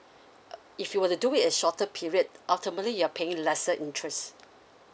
uh if you were to do it a shorter period ultimately you're paying lesser interest